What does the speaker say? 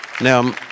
Now